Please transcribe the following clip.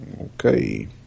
Okay